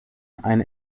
eine